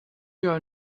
your